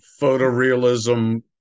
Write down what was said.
photorealism